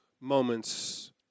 moments